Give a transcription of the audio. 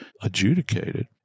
adjudicated